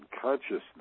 consciousness